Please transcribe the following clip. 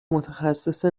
متخصص